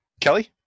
Kelly